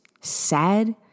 sad